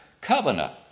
covenant